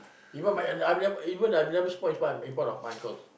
even my I I have never even even I have never smoke in front of in front of my uncles